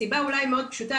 מסיבה אולי מאוד פשוטה,